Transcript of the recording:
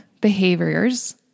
behaviors